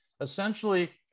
essentially